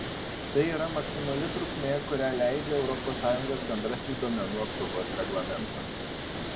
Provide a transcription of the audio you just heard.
tai yra maksimali trukmė kurią leidžia europos sąjungos bendrasis duomenų apsaugos reglamentas